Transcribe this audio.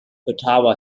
ottawa